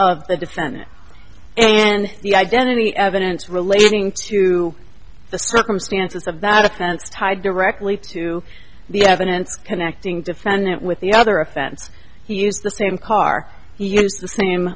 of the defendant and the identity evidence relating to the circumstances of that offense tied directly to the evidence connecting defendant with the other offense he used the same car